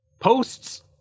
posts